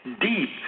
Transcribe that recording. deep